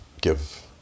give